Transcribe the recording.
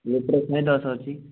litre ଶହେ ଦଶ ଅଛି